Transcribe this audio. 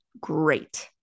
great